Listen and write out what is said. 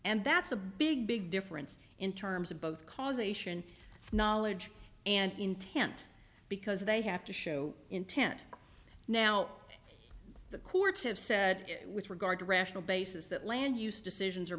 and that's a big big difference in terms of both causation knowledge and intent because they have to show intent now the courts have said with regard to rational basis that land use decisions are